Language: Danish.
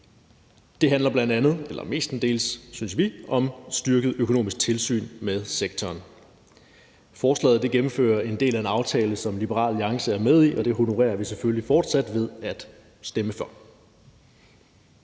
Det handler bl.a. eller mestendels, synes vi, om styrket økonomisk tilsyn med sektoren. Forslaget gennemfører en del af en aftale, som Liberal Alliance er med i, og det honorerer vi selvfølgelig fortsat ved at stemme for.